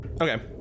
Okay